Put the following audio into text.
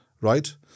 right